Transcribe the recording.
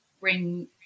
bring